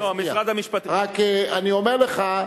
לא, משרד המשפטים, אני רק אומר לך,